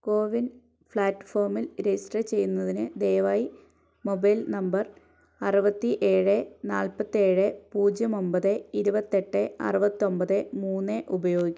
കോ win പ്ലാറ്റ്ഫോമിൽ register ചെയ്യുന്നതിന് ദയവായി മൊബൈൽ നമ്പർ അറുപത്തി ഏഴ് നാല്പത്തി ഏഴ് പൂജ്യം ഒമ്പത് ഇരുപത്തി എട്ട് അറുപത്തി ഒൻപത് മൂന്ന് ഉപയോഗിക്കുക